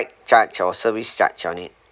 charge or service charge on it